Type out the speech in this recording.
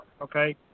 Okay